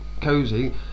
cozy